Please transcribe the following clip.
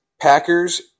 Packers